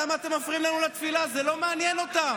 זה מה שאתם.